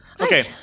Okay